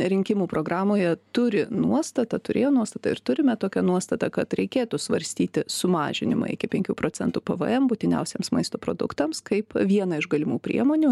rinkimų programoje turi nuostatą turėjo nuostatą ir turime tokią nuostatą kad reikėtų svarstyti sumažinimą iki penkių procentų pvm būtiniausiems maisto produktams kaip vieną iš galimų priemonių